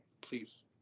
please